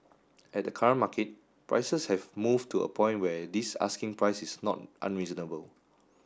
at the current market prices have moved to a point where this asking price is not unreasonable